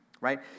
Right